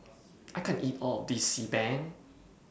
I can't eat All of This Xi Ban